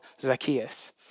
Zacchaeus